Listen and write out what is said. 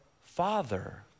Father